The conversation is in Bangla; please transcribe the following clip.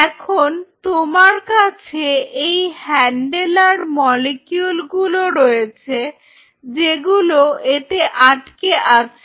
এখন তোমার কাছে এই হ্যান্ডেলার মলিকিউল গুলো রয়েছে যেগুলো এতে আটকে আছে